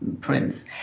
prince